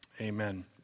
Amen